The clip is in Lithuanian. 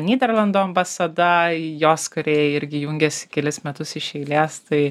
nyderlandų ambasada jos kariai irgi jungiasi kelis metus iš eilės tai